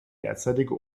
derzeitige